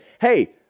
hey